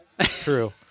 true